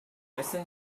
listen